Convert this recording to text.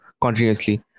continuously